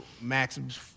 maxims